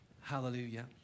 Hallelujah